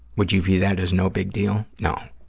would you view that as no big deal? no.